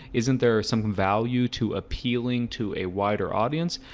isn't there some value to appealing to a wider audience?